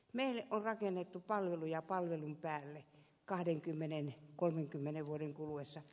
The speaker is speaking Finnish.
meille on rakennettu palveluja palvelun päälle kahdenkymmenen kolmenkymmenen vuoden kuluessa